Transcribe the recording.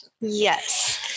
Yes